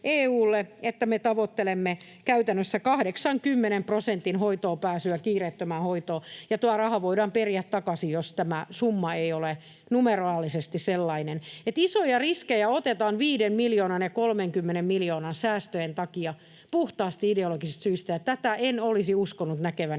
että me tavoittelemme käytännössä 80 prosentin pääsyä kiireettömään hoitoon, ja tuo raha voidaan periä takaisin, jos tämä summa ei ole numeraalisesti sellainen. Isoja riskejä otetaan viiden miljoonan ja 30 miljoonan säästöjen takia puhtaasti ideologisista syistä. Tätä en olisi uskonut näkeväni